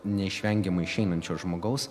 neišvengiamai išeinančio žmogaus